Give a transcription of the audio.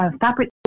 fabric